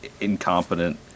incompetent